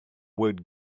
word